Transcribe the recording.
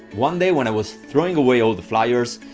one day when i was throwing away all the flyers,